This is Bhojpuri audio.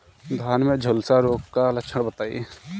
धान में झुलसा रोग क लक्षण बताई?